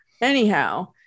Anyhow